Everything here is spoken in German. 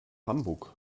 hamburg